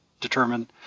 determine